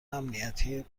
امنیتی